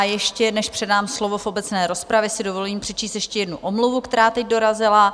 Ještě než předám slovo v obecné rozpravě, dovolím si přečíst jednu omluvu, která teď dorazila.